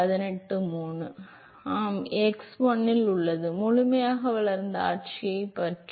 எனவே இது x1 இல் உள்ளது முழுமையாக வளர்ந்த ஆட்சியைப் பற்றி என்ன